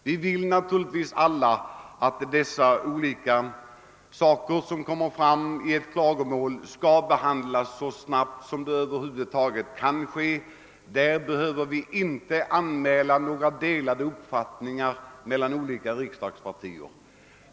Vi vill naturligtvis alla att ett klagomål skall behandlas så snabbt som över huvud taget kan ske — därom råder inte några delade meningar mellan de olika riksdagspartierna.